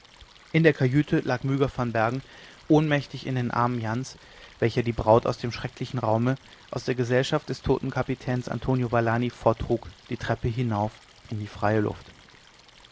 in der kajüte lag myga van bergen ohnmächtig in den armen jans der die braut aus dem schrecklichen raum aus der gesellschaft des toten kapitäns antonio valani forttrug die trepp hinauf in die freie luft